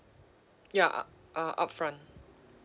ya u~ uh upfront